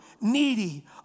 needy